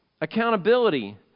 Accountability